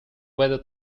whether